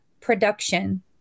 production